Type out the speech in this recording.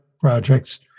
projects